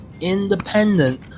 independent